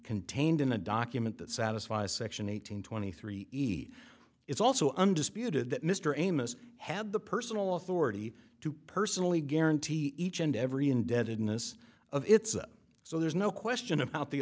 contained in a document that satisfies section eight hundred twenty three it's also undisputed that mr amos had the personal authority to personally guarantee each and every indebtedness of its so there's no question about the